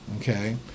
okay